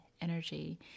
energy